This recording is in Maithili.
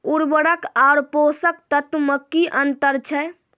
उर्वरक आर पोसक तत्व मे की अन्तर छै?